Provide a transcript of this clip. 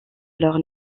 alors